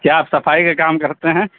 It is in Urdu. کیا آپ صفائی کا کام کرتے ہیں